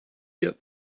get